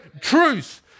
truth